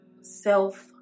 self